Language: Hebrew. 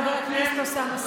חברת הכנסת וסרמן.